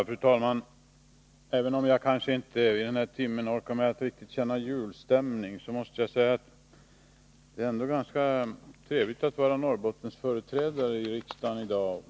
Fru talman! Även om jag vid denna timme inte riktigt orkar med att känna julstämning, är det ganska trevligt att vara Norrbottensföreträdare i riksdagen i dag.